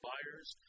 buyers